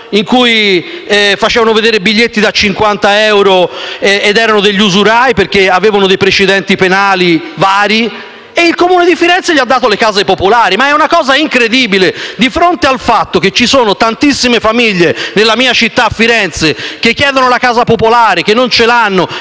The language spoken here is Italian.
ladro, facevano vedere biglietti da 50 euro essendo degli usurai, perché hanno precedenti penali vari, e il Comune di Firenze gli ha dato le case popolari. È incredibile! Di fronte al fatto che ci sono tantissime famiglie nella mia città, Firenze, che chiedono la casa popolare, che non hanno